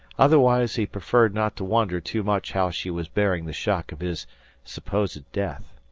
otherwise he preferred not to wonder too much how she was bearing the shock of his supposed death.